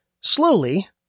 slowly